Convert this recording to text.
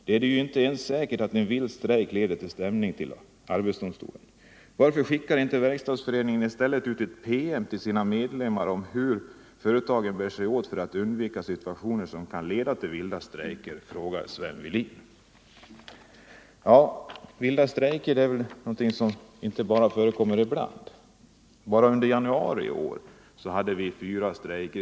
Det är ju inte ens säkert att en vild strejk leder till en stämning inför AD? —- Varför skickar inte Verkstadsföreningen i stället ut ett PM till sina medlemmar om hur företagen bär sig åt för att undvika situationer som kan leda till vilda strejker, frågar Sven Wehlin.” Vilda strejker är någonting som inte bara förekommer ibland. Bara under januari i år förekom fyra strejker.